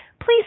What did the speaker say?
please